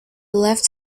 left